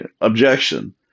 objection